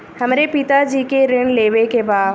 हमरे पिता जी के ऋण लेवे के बा?